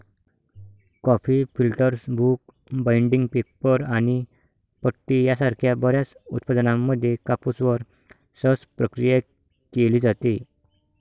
coffee filters, book binding, paper आणि पट्टी यासारख्या बर्याच उत्पादनांमध्ये कापूसवर सहज प्रक्रिया केली जाते